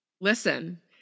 Listen